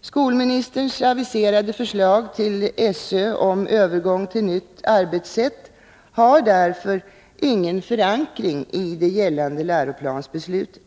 Skolministerns aviserade förslag till SÖ om övergång till nytt arbetssätt har därför ingen förankring i gällande läroplansbeslut.